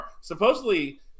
Supposedly